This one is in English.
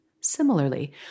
Similarly